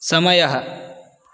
समयः